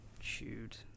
shoot